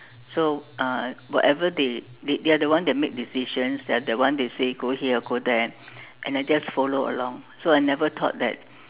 so uh whatever they they are the one that make decisions they are the ones they say go here and go there and I just follow along so I never thought that